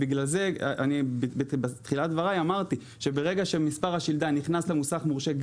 בגלל זה בתחילת דבריי אמרתי שברגע שמספר השלדה נכנס למוסך מורשה,